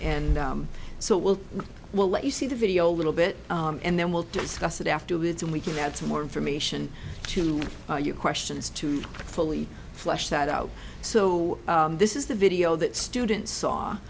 and so will will let you see the video a little bit and then we'll discuss it afterwards and we can add some more information to your questions to fully flesh that out so this is the video that students saw